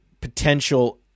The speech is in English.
potential